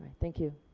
thank you